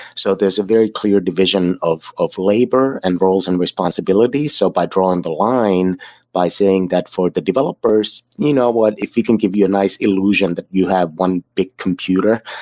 so there's a very clear division of of labor and rules and responsibilities. so by drawing the line by saying that for the developers, you know what? if we can give you a nice illusion that you have one big computer.